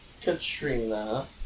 Katrina